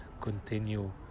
continue